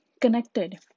connected